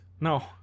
No